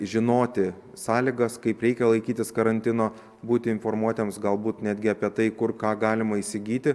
žinoti sąlygas kaip reikia laikytis karantino būti informuotiems galbūt netgi apie tai kur ką galima įsigyti